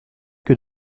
que